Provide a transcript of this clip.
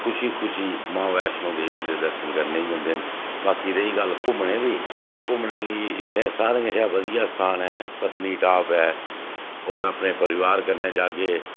खुशी खुशी मां वैशनो देवी दे दर्शन करने गी जंदे न बाकी रेही गल्ल घूमने दी घूमने गी इत्थें सारें कशा बधियै स्थान ऐ पत्नीटॉप ऐ होर अपने परिवार कन्नै जाह्गे